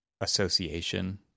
association